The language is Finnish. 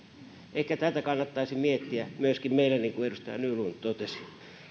ehkä tätä kannattaisi miettiä myöskin meillä niin kuin edustaja nylund totesi